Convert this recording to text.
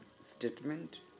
statement